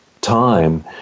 time